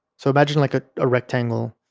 so imagine like a ah rectangle,